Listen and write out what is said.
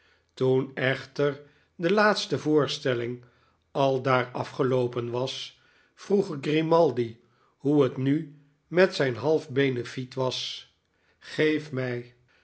toen echter de laatste voorstelling aldaar afgeloopenwas vroeg grimaldi hoe het nu met zijn half benefiet was geef mij